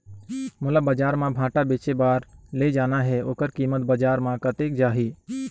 मोला बजार मां भांटा बेचे बार ले जाना हे ओकर कीमत बजार मां कतेक जाही?